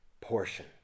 portion